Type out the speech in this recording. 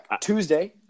Tuesday